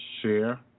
share